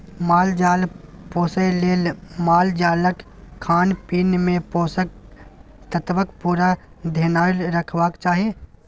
माल जाल पोसय लेल मालजालक खानपीन मे पोषक तत्वक पुरा धेआन रखबाक चाही